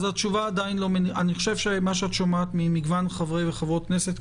אז אני חושב שמה שאת שומעת מחברי הכנסת,